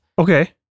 Okay